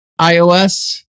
iOS